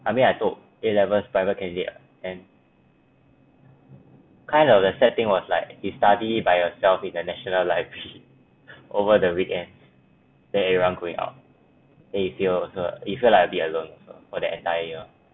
I mean I took A levels private candidate and kind of the sad thing was like you study by yourself in the national library over the weekend when everyone going out then you feel also like you feel like a bit alone also for the entire year